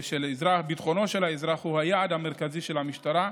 ביטחונו של האזרח הוא היעד המרכזי של המשטרה,